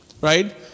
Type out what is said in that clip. Right